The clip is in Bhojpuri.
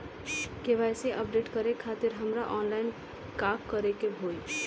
के.वाइ.सी अपडेट करे खातिर हमरा ऑनलाइन का करे के होई?